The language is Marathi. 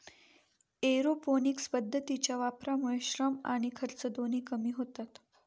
एरोपोनिक्स पद्धतीच्या वापरामुळे श्रम आणि खर्च दोन्ही कमी होतात